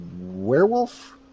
Werewolf